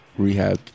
Rehab